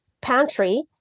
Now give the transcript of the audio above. pantry